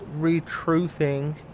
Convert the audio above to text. retruthing